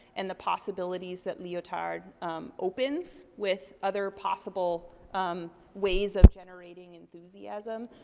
and the possibilities that leotard opens with other possible um ways of generating enthusiasm.